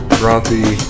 grumpy